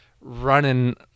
running